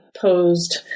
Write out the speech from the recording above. posed